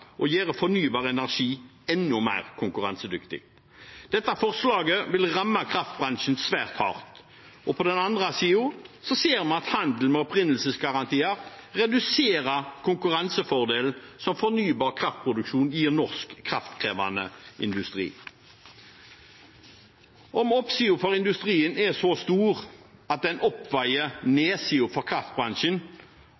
fornybar energi enda mer konkurransedyktig. Dette forslaget vil ramme kraftbransjen svært hardt. På den andre siden ser vi at handelen med opprinnelsesgarantier reduserer konkurransefordelen som fornybar kraftproduksjon gir norsk kraftkrevende industri. Om oppsiden for industrien er så stor at den oppveier